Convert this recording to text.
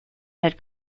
had